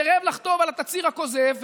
סירב לחתום על התצהיר הכוזב,